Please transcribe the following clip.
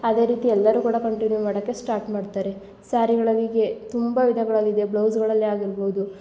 ಅದೇ ರೀತಿ ಎಲ್ಲರು ಕೂಡ ಕಂಟಿನ್ಯೂ ಮಾಡಕ್ಕೆ ಸ್ಟಾರ್ಟ್ ಮಾಡ್ತಾರೆ ಸ್ಯಾರಿಗಳಲ್ಲಿ ಹೀಗೆ ತುಂಬ ವಿಧಗಳಲ್ಲಿ ಇದೆ ಬ್ಲೌಸ್ಗಳಲ್ಲಿ ಆಗಿರ್ಬೋದು